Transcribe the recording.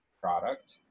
product